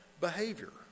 behavior